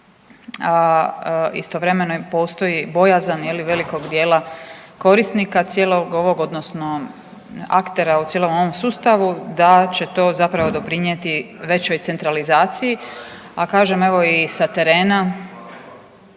istovremeno postoji bojazan velikog dijela korisnika cijelog ovog, odnosno aktera u cijelom ovom sustavu da će to zapravo doprinijeti većoj centralizaciji, a kažem evo i sa terena